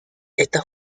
esta